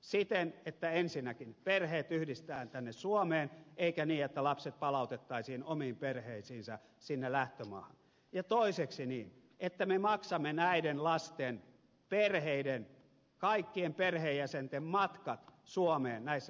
siten että ensinnäkin perheet yhdistetään tänne suomeen eikä niin että lapset palautettaisiin omiin perheisiinsä sinne lähtömaahan ja toiseksi niin että me maksamme näiden lasten perheiden kaikkien perheenjäsenten matkat suomeen näissä perheenyhdistämistilanteissa